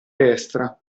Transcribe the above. destra